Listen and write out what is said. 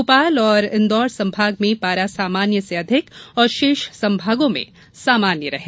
भोपाल और इंदौर संभाग में पारा सामान्य से अधिक और शेष संभागों में सामान्य रहा